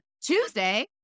Tuesday